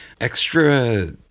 extra